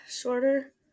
shorter